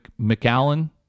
McAllen